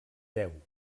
deu